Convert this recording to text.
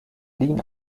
lean